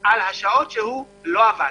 על השעות שהוא לא עבד.